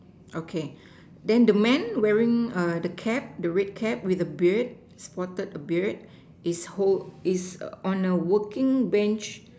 okay then the man wearing err the cap the red cap with a beard spotted a beard is hold is on a working Bench